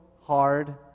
hard